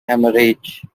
hemorrhage